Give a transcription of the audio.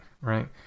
right